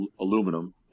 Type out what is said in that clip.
Aluminum